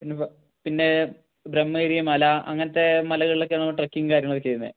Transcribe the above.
പിന്നെ ബ്ര പിന്നെ ബ്രഹ്മഗിരി മല അങ്ങനത്തെ മലകളിലൊക്കെ നമുക്ക് ട്രക്കിങ് കാര്യങ്ങളൊക്കെ ചെയ്യുന്നത്